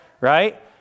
right